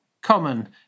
common